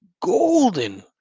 golden